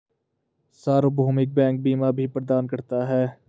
सार्वभौमिक बैंक बीमा भी प्रदान करता है